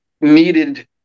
needed